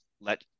let